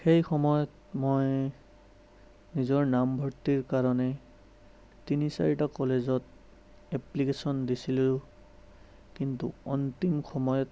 সেই সময়ত মই নিজৰ নামভৰ্তিৰ কাৰণে তিনি চাৰিটা কলেজত এপ্লিকেচন দিছিলোঁ কিন্তু অন্তিম সময়ত